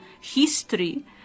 history